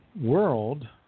world